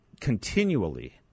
continually